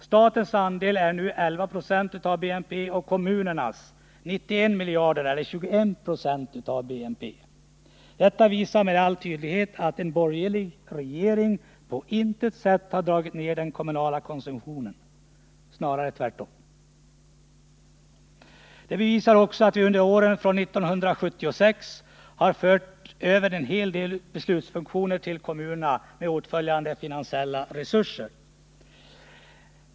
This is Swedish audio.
Statens andel är nu 11 96 av BNP och kommunernas 91 miljarder eller 21 20 av BNP. Detta visar med all önskvärd tydlighet att en borgerlig regering på intet sätt har dragit ned den kommunala konsumtionen — snarare tvärtom. Det bevisar också att vi under åren från 1976 har fört över en hel del beslutsfunktioner till kommunerna med åtföljande finansiella resurser.